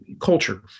culture